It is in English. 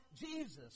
Jesus